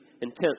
intense